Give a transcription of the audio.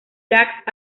gags